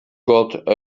got